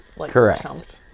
Correct